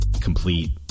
complete